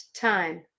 time